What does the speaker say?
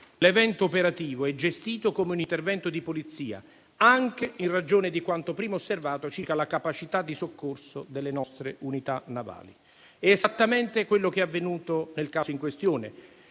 l'evento operativo è gestito come un intervento di polizia, anche in ragione di quanto prima osservato circa la capacità di soccorso delle nostre unità navali. È esattamente quanto avvenuto nel caso in questione.